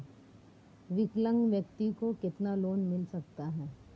विकलांग व्यक्ति को कितना लोंन मिल सकता है?